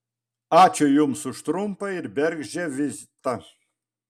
ačiū jums už trumpą ir bergždžią vizitą